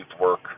work